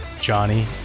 Johnny